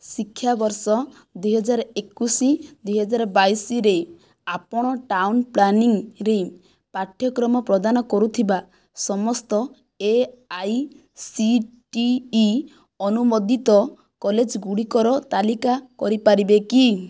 ଶିକ୍ଷାବର୍ଷ ଦୁଇହଜାର ଏକୋଇଶ ଦୁଇହଜାର ବାଇଶରେ ଆପଣ ଟାଉନ୍ ପ୍ଲାନିଂରେ ପାଠ୍ୟକ୍ରମ ପ୍ରଦାନ କରୁଥିବା ସମସ୍ତ A I C T E ଅନୁମୋଦିତ କଲେଜଗୁଡ଼ିକର ତାଲିକା କରିପାରିବେ କି